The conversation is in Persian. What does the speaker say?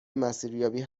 مسیریابی